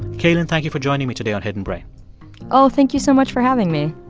cailin, thank you for joining me today on hidden brain oh, thank you so much for having me